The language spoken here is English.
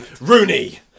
Rooney